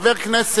(תיקון,